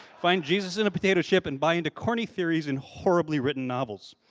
find jesus in a potato chip, and buy into corney theories in horribly written novels.